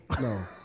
no